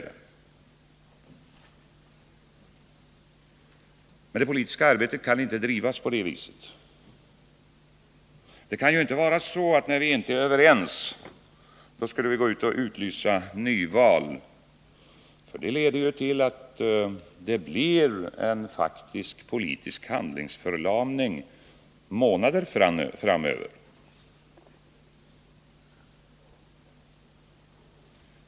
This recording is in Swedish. Det politiska arbetet kan emellertid inte drivas på det sättet. Det kan ju inte vara så, att när vi inte är överens, skulle vi gå ut och utlysa nyval. Detta skulle ju leda till att det faktiskt blir en politisk handlingsförlamning under flera månader.